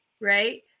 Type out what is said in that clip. right